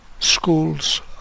schools